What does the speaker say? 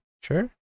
Sure